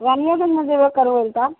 रानियोगञ्जमे जएबे करबैलए तब